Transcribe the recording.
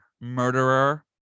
murderer